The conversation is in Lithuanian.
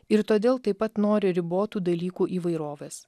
ir todėl taip pat nori ribotų dalykų įvairovės